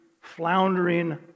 floundering